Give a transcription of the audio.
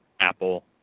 Apple